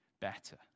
better